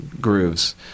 grooves